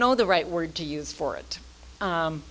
know the right word to use for it